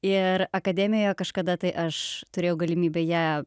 ir akademijoje kažkada tai aš turėjau galimybę ją